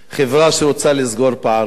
חברה שרוצה לסגור פערים,